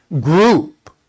group